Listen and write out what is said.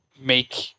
make